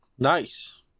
Nice